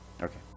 Okay